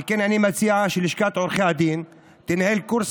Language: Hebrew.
על כן אני מציע שלשכת עורכי הדין תנהל קורס